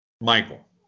Michael